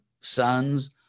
sons